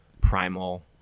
primal